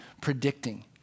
predicting